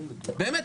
באמת,